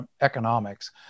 economics